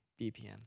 BPM